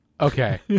Okay